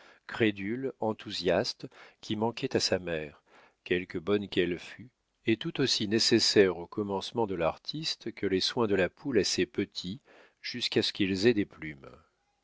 crédule enthousiaste qui manquait à sa mère quelque bonne qu'elle fût et tout aussi nécessaire aux commencements de l'artiste que les soins de la poule à ses petits jusqu'à ce qu'ils aient des plumes